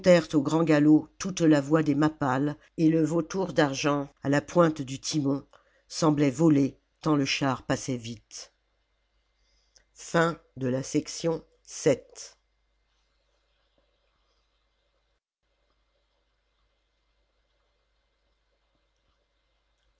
au grand galop toute la voie des mappales et le vautour d'argent à la pointe du timon semblait voler tant le char passait vite